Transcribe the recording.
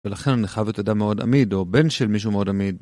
ולכן אני חייבת אדם מאוד אמיד, או בן של מישהו מאוד אמיד.